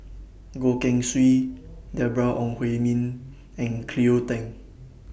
Goh Keng Swee Deborah Ong Hui Min and Cleo Thang